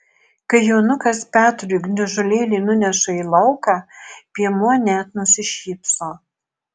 kai jonukas petrui gniužulėlį nuneša į lauką piemuo net nusišypso